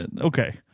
Okay